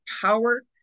power